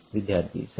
ವಿದ್ಯಾರ್ಥಿಸರಿ